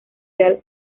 real